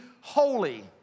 holy